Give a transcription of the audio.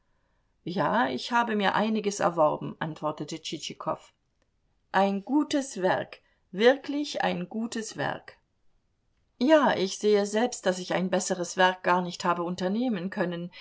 ja ich habe mir einiges erworben antwortete tschitschikow ein gutes werk wirklich ein gutes werk ja ich sehe selbst daß ich ein besseres werk gar nicht habe unternehmen können